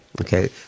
okay